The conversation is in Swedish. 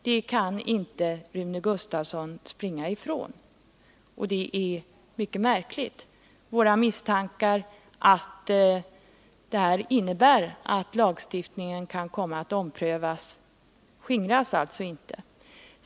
Det kan inte Rune Gustavsson springa ifrån. Och detta är mycket märkligt. Våra misstankar att detta innebär att lagstiftningen kan komma att omprövas skingras alltså inte.